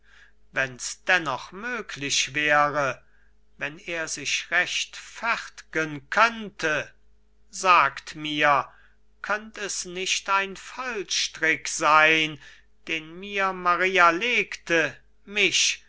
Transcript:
wenn's dennoch möglich wäre wenn er sich rechtfert'gen könnte sagt mir könnt es nicht ein fallstrick sein den mir maria legte mich